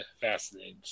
fascinating